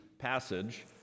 passage